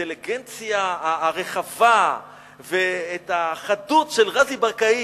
האינטליגנציה הרחבה ואת החדות של רזי ברקאי,